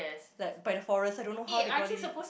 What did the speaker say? like by the forest I don't know how they got it